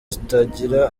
zitagira